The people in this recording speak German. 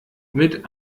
mit